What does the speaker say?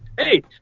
Hey